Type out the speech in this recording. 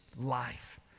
life